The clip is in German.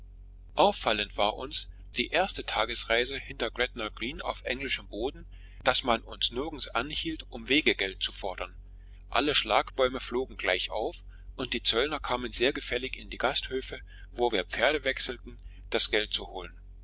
auffallend war uns die erste tagesreise hinter gretna green auf englischem boden daß man uns nirgends anhielt um wegegeld zu fordern alle schlagbäume flogen gleich auf und die zöllner kamen sehr gefällig in die gasthöfe wo wir pferde wechselten das geld zu holen